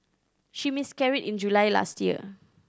she miscarried in July last year